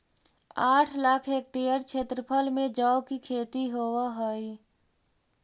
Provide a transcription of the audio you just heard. आठ लाख हेक्टेयर क्षेत्रफल में जौ की खेती होव हई